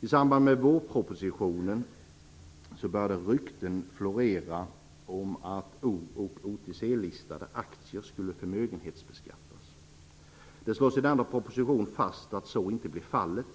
I samband med vårpropositionen började rykten att florera om att O och OTC-listade aktier skulle förmögenhetsbeskattas. Det slås i denna proposition fast att så inte blir fallet.